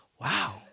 wow